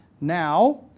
Now